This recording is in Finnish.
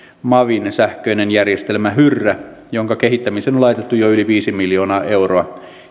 mavin sähköinen järjestelmä hyrrä jonka kehittämiseen on laitettu jo yli viisi miljoonaa euroa